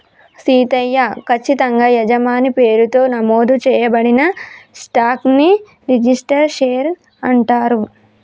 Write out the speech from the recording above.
సీతయ్య, కచ్చితంగా యజమాని పేరుతో నమోదు చేయబడిన స్టాక్ ని రిజిస్టరు షేర్ అంటారు